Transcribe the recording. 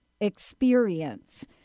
experience